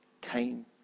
came